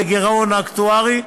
בגירעון אקטוארי,